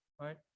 right